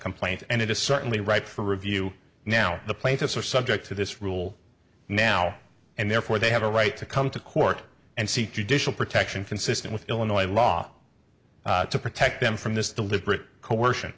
complaint and it is certainly ripe for review now the plaintiffs are subject to this rule now and therefore they have a right to come to court and seek judicial protection consistent with illinois law to protect them from this deliberate coercion